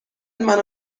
منو